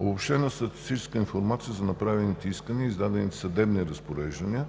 Обобщена статистическа информация за направените искания, издадените съдебни разпореждания,